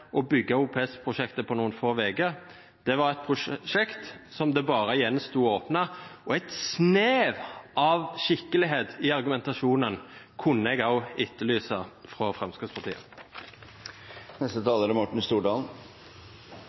å bygge OPS-prosjektet på noen få uker. Det var et prosjekt som det bare gjensto å åpne, og et snev av skikkelighet i argumentasjonen kunne jeg også etterlyse fra Fremskrittspartiet.